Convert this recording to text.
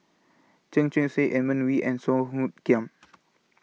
Chu Chee Seng Edmund Wee and Song Hoot Kiam